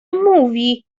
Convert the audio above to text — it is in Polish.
mówi